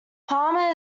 parma